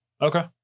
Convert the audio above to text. okay